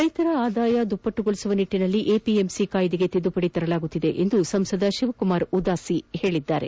ರೈತರ ಆದಾಯ ದ್ವಿಗುಣಗೊಳಿಸುವ ನಿಟ್ಟಿನಲ್ಲಿ ಎಪಿಎಂಸಿ ಕಾಯ್ಲೆಗೆ ತಿದ್ಲುಪಡಿ ತರಲಾಗುತ್ತಿದೆ ಎಂದು ಸಂಸದ ಶಿವಕುಮಾರ ಉದಾಸಿ ತಿಳಿಬಿದ್ದಾರೆ